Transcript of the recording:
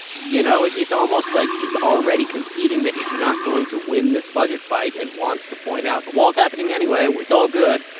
you know? it's almost like he's already conceding that he's not going to win this budget fight and wants to point out the wall's happening anyway it's all good.